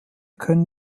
können